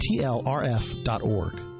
tlrf.org